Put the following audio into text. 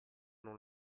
non